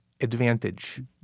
advantage